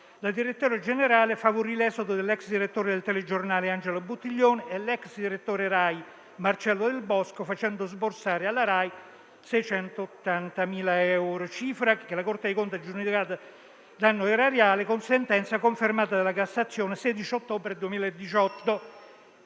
Da direttore generale favorì l'esodo dell'ex direttore del telegiornale Angela Buttiglione e dell'ex direttore Rai Marcello del Bosco, facendo sborsare alla Rai 680.000 euro; cifra che la Corte dei conti ha giudicato danno erariale con sentenza confermata dalla Cassazione il 16 ottobre 2018.